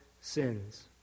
sins